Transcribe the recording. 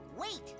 Wait